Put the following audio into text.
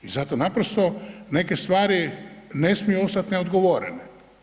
I zato naprosto neke stvari ne smiju ostati neodgovorene.